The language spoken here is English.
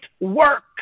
work